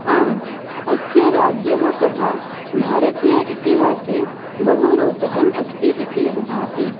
आम् अस्य राज्ञः कथा भारतीय इतिहासे बहु रोचका अस्ति इति भाति